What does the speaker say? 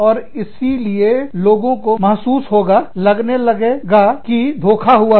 और इसीलिए लोगों को महसूस होगा लगने लगे थे कि धोखा हुआ है